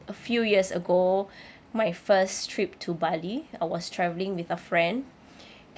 a few years ago my first trip to bali I was travelling with a friend